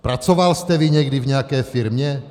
Pracoval jste vy někdy v nějaké firmě?